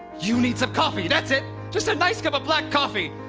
you need some coffee. that's it. just a nice cup of black coffee,